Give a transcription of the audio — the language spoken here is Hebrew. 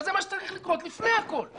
וזה מה שצריך לקרות לפני הכול.